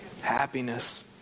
happiness